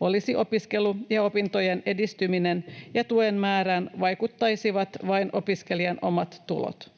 olisi opiskelu ja opintojen edistyminen, ja tuen määrään vaikuttaisivat vain opiskelijan omat tulot.